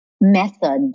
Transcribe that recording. method